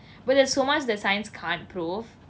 but there's so much that science can't prove